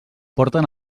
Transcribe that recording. porten